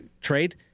trade